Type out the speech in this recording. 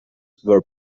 were